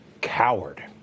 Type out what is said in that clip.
Coward